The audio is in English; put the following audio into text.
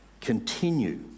continue